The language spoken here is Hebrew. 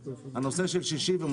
בדיון של הנציגים של החרדים הוסט הקו